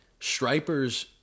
Stripers